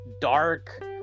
dark